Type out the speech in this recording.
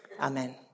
Amen